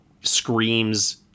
screams